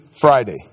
Friday